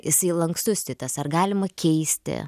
jisai lankstus titas ar galima keisti